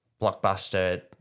blockbuster